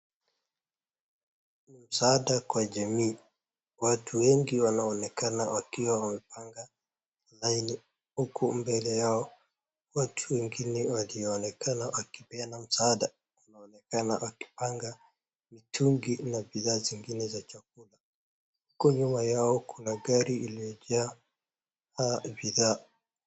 Ni msaada kwa jamii watu wengi wanaonekana wakiwa wamepanga laini huku mbele yao watu wengine walionekana wakipeana msaada wanaonekana wakipanga mitungi na bidhaa zingine za chakula huko nyuma yao kuna gari iliyojaa bidhaa.